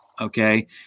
Okay